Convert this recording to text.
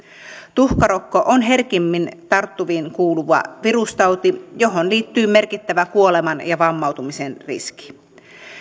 tuhkarokko on herkimmin tarttuviin kuuluva virustauti johon liittyy merkittävä kuoleman ja vammautumisen riski